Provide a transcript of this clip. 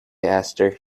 esther